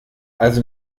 also